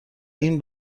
این